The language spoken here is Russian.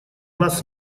нас